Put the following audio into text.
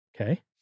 Okay